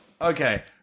Okay